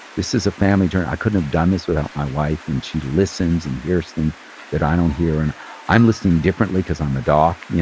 this is a family journey. i couldn't have done this without my wife and she listens and hears things that i don't hear and i'm listening differently because i'm a doc. yeah